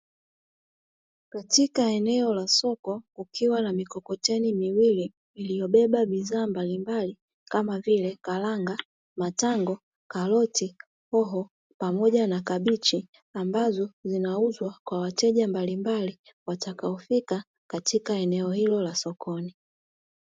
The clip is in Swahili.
Katika eneo la soko kukiwa na mikokoteni miwili, iliyobeba bidhaa mbalimbali kama vile: karanga, matango, karoti, hoho pamoja na kabichi; ambazo zinauzwa kwa wateja mbalimbali watakaofika katika eneo hilo la sokoni.